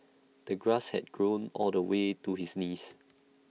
the grass had grown all the way to his knees